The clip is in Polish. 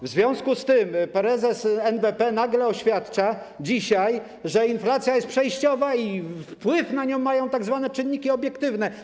W związku z tym prezes NBP dzisiaj nagle oświadcza, że inflacja jest przejściowa i wpływ na nią mają tzw. czynniki obiektywne.